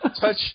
Touch